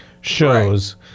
shows